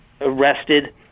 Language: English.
arrested